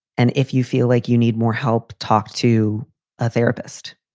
and if you feel like you need more help. talk to a therapist.